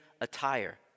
attire